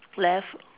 left